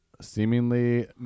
seemingly